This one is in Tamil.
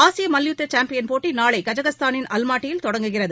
ஆசிய மல்யுத்த சாம்பியன் போட்டி நாளை கஜகஸ்தானின் அல்மாட்டியில் தொடங்குகிறது